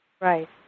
Right